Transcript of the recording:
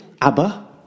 ABBA